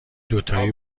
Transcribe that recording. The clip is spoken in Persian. دوتایی